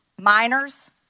Minors